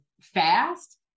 fast